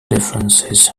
differences